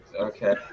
Okay